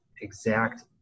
exact